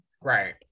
right